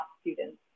students